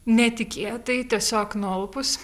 netikėtai tiesiog nualpus